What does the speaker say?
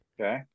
Okay